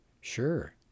Sure